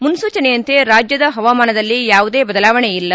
ಮುನೂಚನೆಯಂತೆ ರಾಜ್ಯದ ಹವಾಮಾನದಲ್ಲಿ ಯಾವುದೇ ಬದಲಾವಣೆ ಇಲ್ಲ